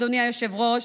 אדוני היושב-ראש,